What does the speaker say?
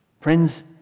Friends